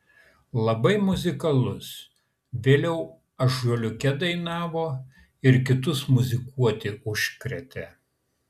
labai muzikalus vėliau ąžuoliuke dainavo ir kitus muzikuoti užkrėtė